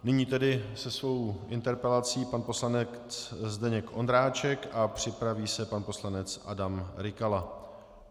Nyní se svou interpelací pan poslanec Zdeněk Ondráček a připraví se pan poslanec Adam Rykala.